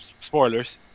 spoilers